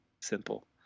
simple